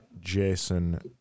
jason